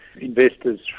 investors